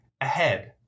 Ahead